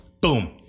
Boom